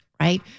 right